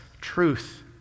truth